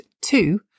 two